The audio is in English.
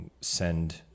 send